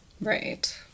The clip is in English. right